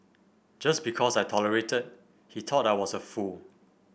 just because I tolerated he thought I was a fool